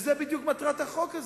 זאת בדיוק מטרת החוק הזה.